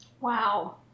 Wow